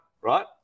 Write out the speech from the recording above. right